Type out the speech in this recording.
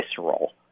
visceral